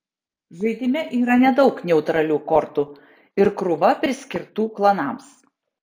žaidime yra nedaug neutralių kortų ir krūva priskirtų klanams